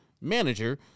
manager